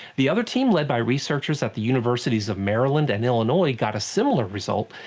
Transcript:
the other team, led by researchers at the universities of maryland and illinois, got a similar result,